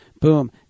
Boom